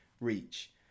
reach